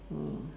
oh